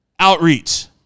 outreach